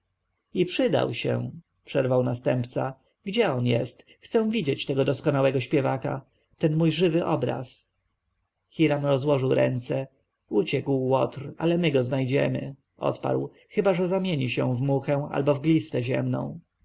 i przydał się przerwał następca gdzie on jest chcę widzieć tego doskonałego śpiewaka ten mój żywy obraz hiram rozłożył ręce uciekł łotr ale my go znajdziemy odparł chyba że zamieni się w muchę albo w glistę ziemną